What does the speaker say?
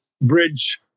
bridge